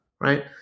right